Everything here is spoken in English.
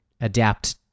adapt